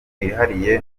wihariye